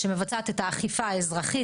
שמבצעת את האכיפה האזרחית,